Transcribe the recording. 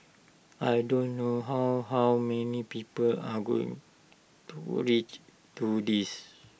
I do not know how how many people are going to to this